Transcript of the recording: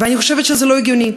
ואני חושבת שזה לא הגיוני,